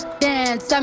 dance